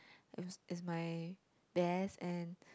it was is my best and